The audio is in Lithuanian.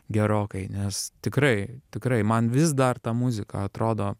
gerokai nes tikrai tikrai man vis dar ta muzika atrodo